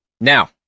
now